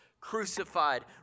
crucified